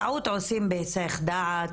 טעות עושים בהיסח דעת,